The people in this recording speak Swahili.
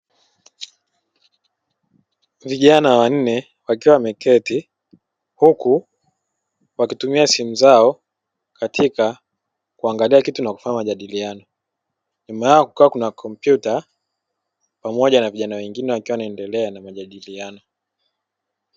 Vijana wanne wakiwa wameketi huku wakitumia simu zaokatika kuangalia kitu na kufanya majadiliano, nyuma yao kukiwa na kompyuta pamoja na vijana wengine wakiendelea na majadiliano.